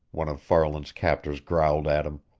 one of farland's captors growled at him.